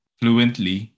fluently